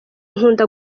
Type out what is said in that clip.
nkunda